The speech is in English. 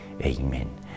Amen